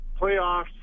playoffs